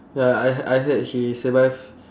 ya I I heard he survive